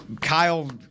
Kyle